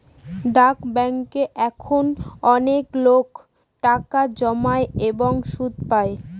ডাক ব্যাঙ্কে এখন অনেকলোক টাকা জমায় এবং সুদ পাই